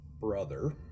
brother